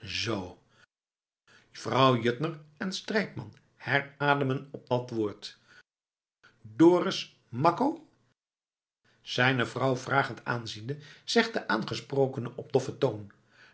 zoo vrouw juttner en strijkman herademen op dat woord dorus makko zijne moeder vragend aanziende zegt de aangesprokene op doffen toon